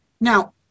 now